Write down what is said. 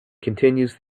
continues